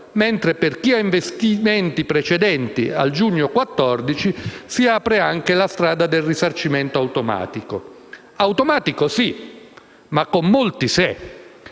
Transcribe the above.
mentre per chi ha investimenti precedenti al giugno 2014 si apre anche la strada del risarcimento automatico. Automatico sì, ma con molti se: